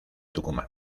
tucumán